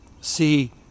see